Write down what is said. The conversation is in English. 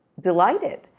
delighted